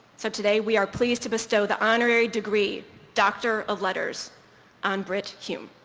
so, today we are pleased to bestow the honorary degree doctor of letters on brit hume.